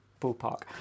ballpark